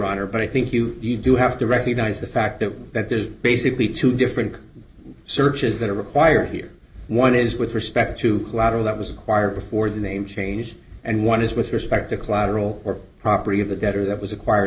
honor but i think you you do have to recognize the fact that that there's basically two different searches that are required here one is with respect to collateral that was acquired before the name change and one is with respect to collateral or property of the debtor that was acquired